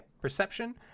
Perception